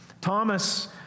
Thomas